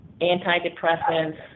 antidepressants